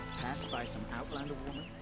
passed by some outlander woman?